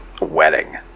wedding